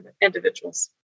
individuals